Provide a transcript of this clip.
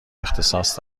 اختصاص